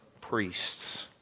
priests